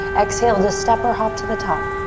exhale to step or hop to the top.